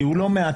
כי הוא לא מאתר.